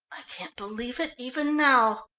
i can't believe it even now.